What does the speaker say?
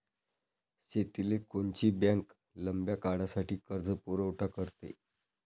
शेतीले कोनची बँक लंब्या काळासाठी कर्जपुरवठा करते?